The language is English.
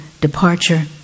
departure